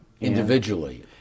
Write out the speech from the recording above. Individually